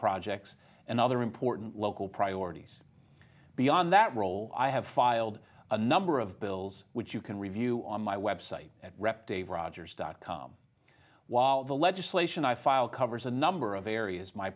projects and other important local priorities beyond that role i have filed a number of bills which you can review on my website at rep dave rogers dot com while the legislation i file covers a number of areas my